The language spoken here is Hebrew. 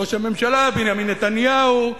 ראש הממשלה בנימין נתניהו,